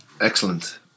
Excellent